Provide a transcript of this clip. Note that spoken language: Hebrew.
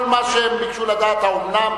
כל מה שהם ביקשו לדעת זה: האומנם?